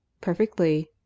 Perfectly